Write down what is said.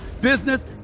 business